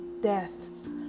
deaths